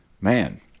Man